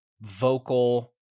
vocal